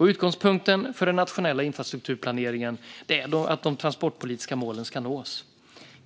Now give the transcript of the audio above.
Utgångspunkten för den nationella infrastrukturplaneringen är att de transportpolitiska målen ska nås.